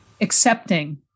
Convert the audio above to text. accepting